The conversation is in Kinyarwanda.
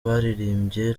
baririmbye